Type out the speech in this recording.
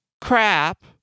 crap